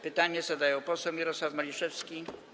Pytanie zadaje poseł Mirosław Maliszewski.